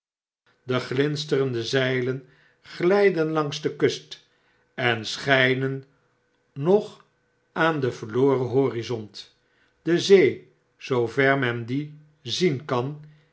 de glinsterende zeilen glgden langs de kust en schjjnen nog aan den verren horizont de zee zoo ver men die zien kan